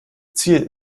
ziel